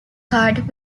card